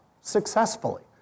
successfully